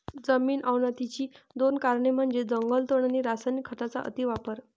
जमीन अवनतीची दोन कारणे म्हणजे जंगलतोड आणि रासायनिक खतांचा अतिवापर